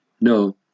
No